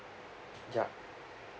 yup